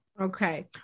Okay